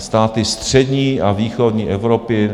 Státy střední a východní Evropy